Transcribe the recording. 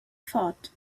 thought